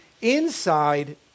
inside